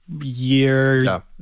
year